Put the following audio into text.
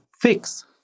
fix